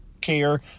care